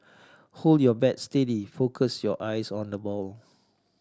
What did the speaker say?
hold your bat steady focus your eyes on the ball